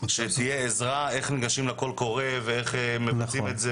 שתהיה עזרה איך ניגשים לקול קורא ואיך מבצעים את זה.